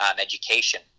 education